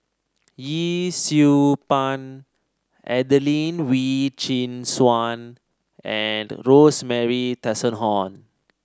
Yee Siew Pun Adelene Wee Chin Suan and Rosemary Tessensohn